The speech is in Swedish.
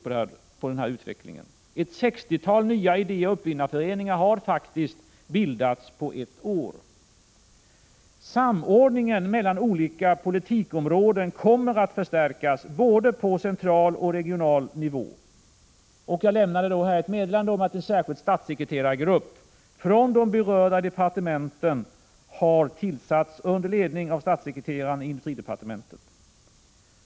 På ett år har det faktiskt bildats ett sextiotal nya idé och uppfinnarföreningar. Samordningen mellan olika politikområden kommer att förstärkas, både på central och på regional nivå. Jag lämnade här tidigare ett meddelande om = Prot. 1985/86:103 att en särskild statssekreterargrupp från de berörda departementen har = 1april 1986 tillsatts under ledning av statssekreteraren i industridepartementet.